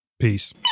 Peace